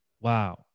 wow